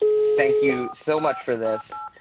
thank you so much for this.